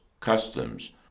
customs